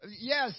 yes